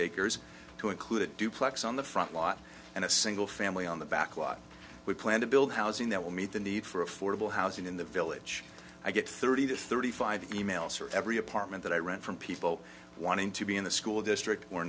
acres to include a duplex on the front lot and a single family on the back lot we plan to build housing that will meet the need for affordable housing in the village i get thirty to thirty five emails for every apartment that i rent from people wanting to be in the school district or